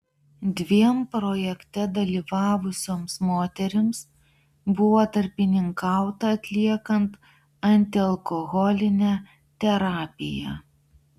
dviem projekte dalyvavusioms moterims buvo tarpininkauta atliekant antialkoholinę terapiją